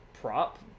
prop